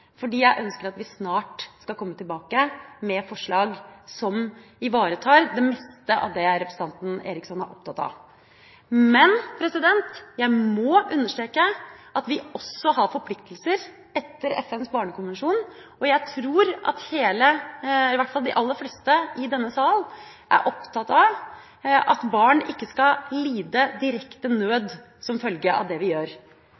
fordi jeg ønsker at vi snart skal komme tilbake med forslag som ivaretar det meste av det representanten Eriksson er opptatt av. Men jeg må understreke at vi også har forpliktelser etter FNs barnekonvensjon, og jeg tror at i hvert fall de aller fleste i denne sal er opptatt av at barn ikke skal lide direkte nød som følge av det vi gjør.